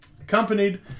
Accompanied